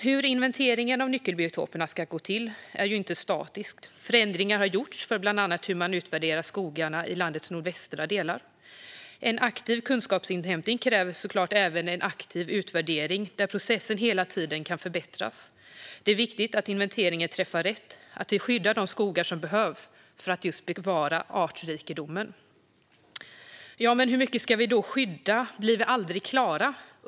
Hur inventeringen av nyckelbiotoperna ska gå till är inte statiskt. Förändringar har gjorts i bland annat hur man utvärderar skogarna i landets nordvästra delar. En aktiv kunskapsinhämtning kräver såklart även en aktiv utvärdering där processen hela tiden kan förbättras. Det är viktigt att inventeringen träffar rätt, att vi skyddar de skogar som behövs för att bevara artrikedomen. Ja, men hur mycket ska vi då skydda, blir vi aldrig klara?